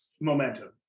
Momentum